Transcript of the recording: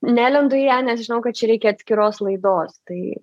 nelendu į ją nes žinau kad čia reikia atskiros laidos tai